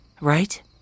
Right